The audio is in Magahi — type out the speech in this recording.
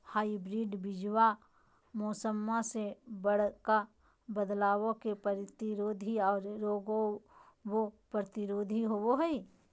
हाइब्रिड बीजावा मौसम्मा मे बडका बदलाबो के प्रतिरोधी आ रोगबो प्रतिरोधी होबो हई